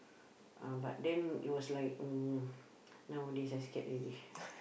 uh but then it was like um nowadays I scared already